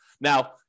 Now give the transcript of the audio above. Now